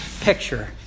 picture